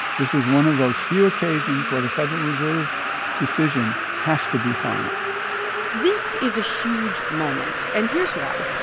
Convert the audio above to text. this is one of those few occasions where the federal reserve decision has to be final this is a huge moment. and here's why.